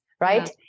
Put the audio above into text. Right